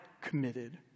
committed